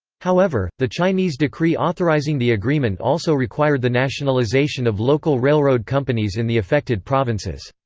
however, the chinese decree authorizing the agreement also required the nationalization of local railroad companies in the affected provinces.